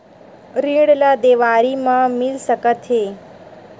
ऋण ला देवारी मा मिल सकत हे